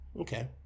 Okay